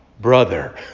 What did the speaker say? brother